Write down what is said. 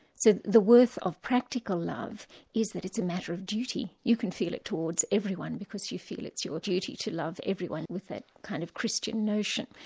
so the worth of practical love is that it's a matter of duty you can feel it towards everyone because you feel it's your duty to love everyone with that kind of christian notion,